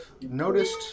noticed